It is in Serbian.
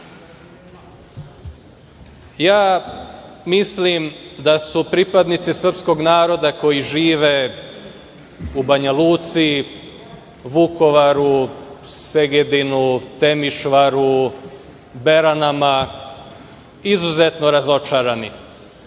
nije. Mislim da su pripadnici srpskog naroda koji žive u Banjaluci, Vukovaru, Segedinu, Temišvaru, Beranama izuzetno razočarani